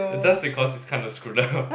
just because it's kinda screwed up